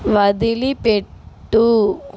వదిలిపెట్టు